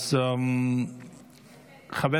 חבר